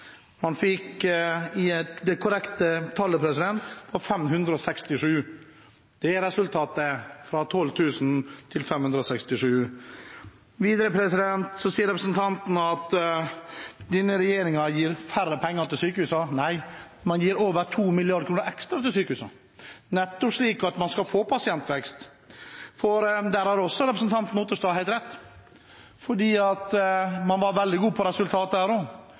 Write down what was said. man gikk til valg i perioden 2005–2013 og lovte velgerne 12 000 nye arbeidsplasser i omsorgssektoren. Det korrekte tallet var 567. Det ble resultatet: fra 12 000 til 567. Videre sier representanten at denne regjeringen gir færre penger til sykehusene. Nei, man gir over 2 mrd. kr ekstra til sykehusene, nettopp slik at man skal få pasientvekst. Også der har representanten Otterstad helt rett, for man var veldig god på